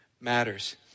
matters